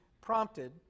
prompted